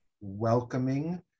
welcoming